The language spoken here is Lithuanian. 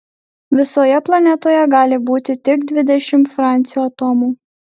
visoje planetoje gali būti tik dvidešimt francio atomų